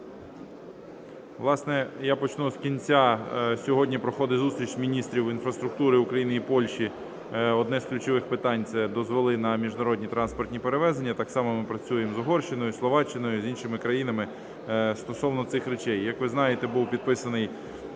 Власне, я почну з кінця. Сьогодні проходить зустріч міністрів інфраструктури України і Польщі, одне з ключових питань – це дозволи на міжнародні транспортні перевезення. Так само ми працюємо з Угорщиною, Словаччиною, з іншими країнами стосовно цих речей. Як ви знаєте, була підписана